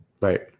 right